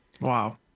Wow